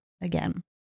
again